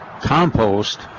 compost